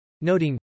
Noting